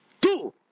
Two